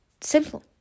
simple